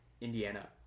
Indiana